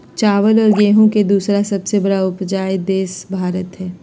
चावल और गेहूं के दूसरा सबसे बड़ा उपजाऊ देश भारत हई